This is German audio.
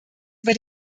über